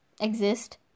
exist